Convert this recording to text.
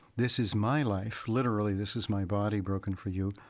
this is my life. literally, this is my body broken for you.